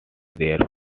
their